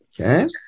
Okay